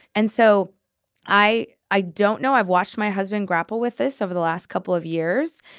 and so i i don't know. i've watched my husband grapple with this over the last couple of years.